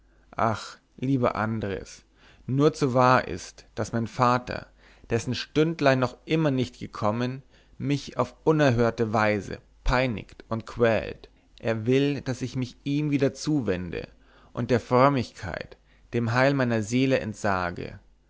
ach lieber andres nur zu wahr ist es daß mein vater dessen stündlein noch immer nicht gekommen mich auf unerhörte weise peinigt und quält er will daß ich mich ihm wieder zuwende und der frömmigkeit dem heil meiner seele entsage